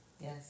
Yes